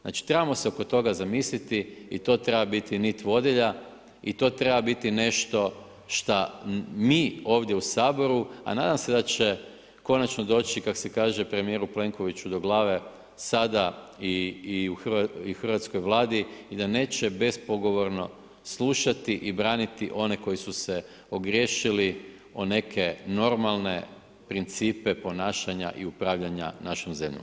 Znači trebamo se oko toga zamisliti i to treba biti nit vodilja i to treba biti nešto šta mi ovdje u Saboru, a nadam se da će konačno doći kak se kaže premijeru Plenkoviću do glave sada i u Hrvatskoj Vladi i da neće bespogovorno slušati i braniti one koji su se ogriješili o neke normalne principe ponašanja i upravljanja našom zemljom.